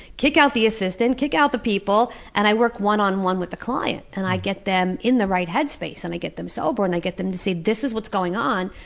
kick out the assistant, kick out the people, and i work one on one with the client. i get them in the right headspace and i get them sober, and i get them to see this is what's going on,